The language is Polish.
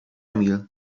emil